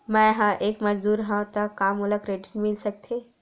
मैं ह एक मजदूर हंव त का मोला क्रेडिट मिल सकथे?